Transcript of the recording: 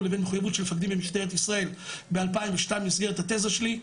ובין מחויבות של מפקדים במשטרת ישראל ב-2002 במסגרת התזה שלי.